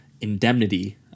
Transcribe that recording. Indemnity